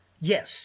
Yes